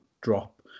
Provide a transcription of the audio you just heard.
drop